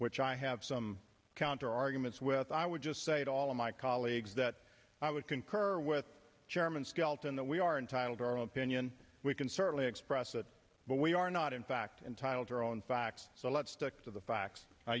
which i have some counter arguments with i would just say to all of my colleagues that i would concur with chairman skelton that we are entitled to our opinion we can certainly express that but we are not in fact entitled to our own facts so let's stick to the facts